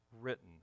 written